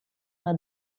una